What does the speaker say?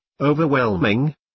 overwhelming